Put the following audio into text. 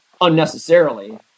unnecessarily